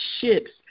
ships